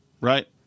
Right